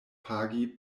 pagi